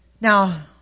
Now